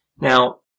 Now